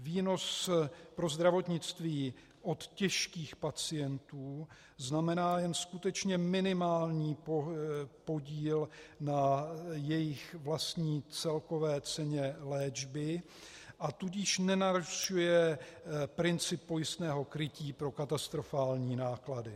Výnos pro zdravotnictví od těžkých pacientů znamená jen skutečně minimální podíl na jejich vlastní celkové ceně léčby, a tudíž nenarušuje princip pojistného krytí pro katastrofální náklady.